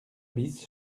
bis